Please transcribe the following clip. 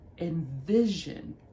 envision